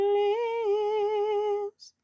lives